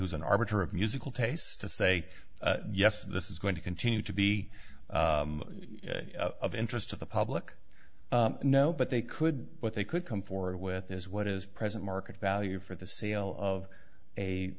who's an arbiter of musical taste to say yes this is going to continue to be of interest to the public no but they could but they could come forward with as what is present market value for the sale of